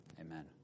Amen